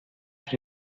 chez